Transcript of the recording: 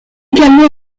également